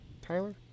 Tyler